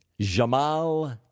Jamal